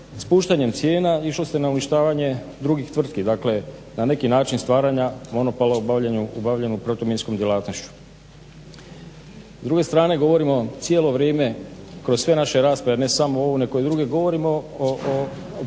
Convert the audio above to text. spuštanjem cijena išlo se na uništavanje drugih tvrtki, dakle na neki način stvaranja monopola u obavljanju protuminskom djelatnošću. S druge strane govorimo cijelo vrijeme kroz sve naše rasprave, ne samo ovu nego i druge, govorimo o predpristupnim,